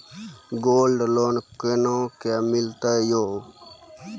Gold loan कोना के मिलते यो?